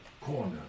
corner